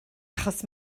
achos